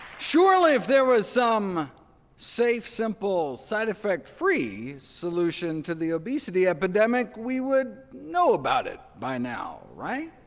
surely, if there was some safe, simple, side-effect-free solution to the obesity epidemic, we would know about it by now, right?